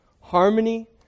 harmony